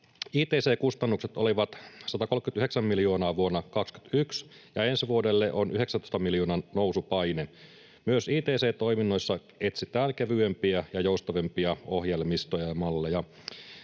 Ict-kustannukset olivat 139 miljoonaa vuonna 21 ja ensi vuodelle on 19 miljoonan nousupaine. Myös ict-toiminnoissa etsitään kevyempiä ja joustavampia ohjelmistoja ja malleja.